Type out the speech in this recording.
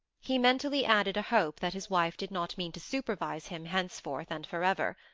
he mentally added a hope that his wife did not mean to supervise him henceforth and for ever.